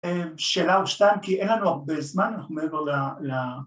‫אה... שאלה או שתיים, ‫כי אין לנו הרבה זמן, אנחנו מעבר ל, ל...